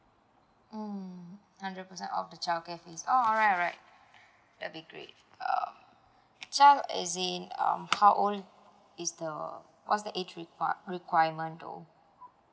mm hundred percent off the child care fees oh alright alright that'll be great um child is in um how old is the what's the age requ~ requirement though